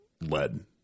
lead